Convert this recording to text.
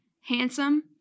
Handsome